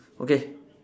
okay